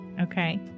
okay